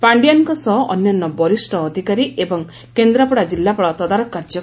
ପାଣ୍ଡିଆନଙ୍କ ସହ ଅନ୍ୟାନ୍ୟ ବରିଷ ଅଧିକାରୀ ଏବଂ କେନ୍ଦ୍ରାପଡ଼ା ଜିଲ୍ଲାପାଳ ତଦାରଖ କାର୍ଯ୍ୟ କରିଥିଲେ